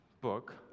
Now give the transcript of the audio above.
book